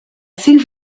think